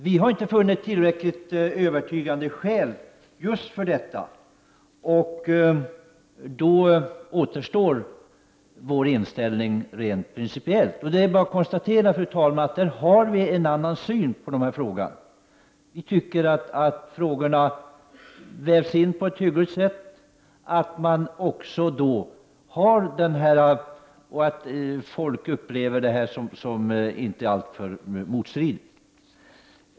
Vi har inte funnit övertygande skäl för just detta. Då återstår vår inställning rent principiellt. Det är bara, fru talman, att konstatera att vi har en annan syn på dessa frågor. Enligt vår åsikt vävs frågorna in på ett hyggligt sätt, och människorna uppfattar inte det hela som alltför motstridigt.